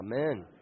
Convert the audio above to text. Amen